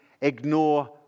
ignore